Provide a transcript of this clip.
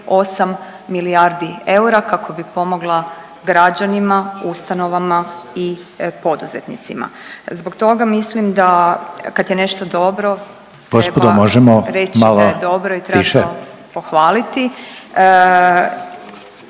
6,8 milijardi eura kako bi pomogla građanima, ustanovama i poduzetnicima. Zbog toga mislim da kad je nešto dobro … …/Upadica Željko Reiner: Gospodo